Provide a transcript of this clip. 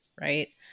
right